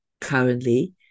Currently